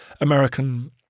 American